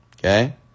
Okay